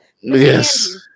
Yes